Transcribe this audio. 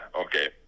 okay